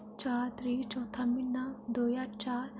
चार तरीक चौथा म्हीना दो ज्हार चार